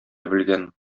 белгән